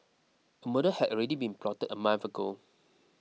a murder had already been plotted a month ago